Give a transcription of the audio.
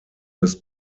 des